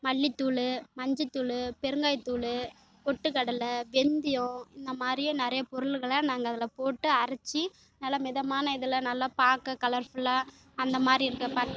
மல்லித்தூள் மஞ்சத்தூள் பெருங்காயத்தூள் பொட்டு கடலை வெந்தியம் இந்தமாதிரியே நிறைய பொருட்கள நாங்கள் அதில் போட்டு அரைச்சி நல்ல மிதமான இதில் நல்லா பார்க்க கலர்ஃபுல்லாக அந்தமாதிரி இருக்க